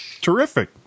Terrific